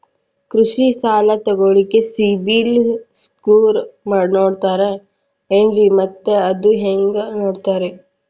ಕೃಷಿ ಸಾಲ ತಗೋಳಿಕ್ಕೆ ಸಿಬಿಲ್ ಸ್ಕೋರ್ ನೋಡ್ತಾರೆ ಏನ್ರಿ ಮತ್ತ ಅದು ಹೆಂಗೆ ನೋಡ್ತಾರೇ?